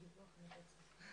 בסוף נובמבר?